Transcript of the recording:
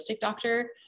doctor